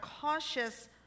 cautious